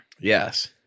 Yes